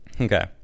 Okay